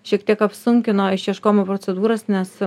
šiek tiek apsunkino išieškojimo procedūras nes